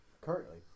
Currently